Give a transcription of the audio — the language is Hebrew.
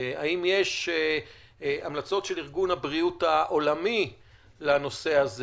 האם יש המלצות של ארגון הבריאות העולמי לנושא הזה?